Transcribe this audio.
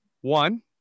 One